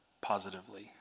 positively